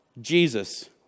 Jesus